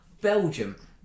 Belgium